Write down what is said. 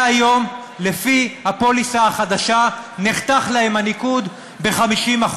מהיום לפי הפוליסה החדשה נחתך להם הניקוד ב-50%.